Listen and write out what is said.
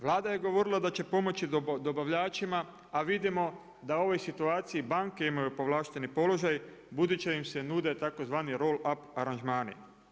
Vlada je govorila da će pomoći dobavljačima, a vidimo da u ovoj situaciji banke imaju povlašteni položaj budući im se nude tzv. Roll up aranžmani.